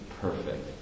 perfect